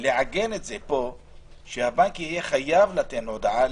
לעגן פה את זה שהבנק יהיה חייב לתת לו הודעה,